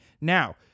Now